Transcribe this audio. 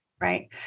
Right